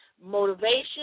motivation